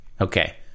Okay